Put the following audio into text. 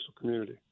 community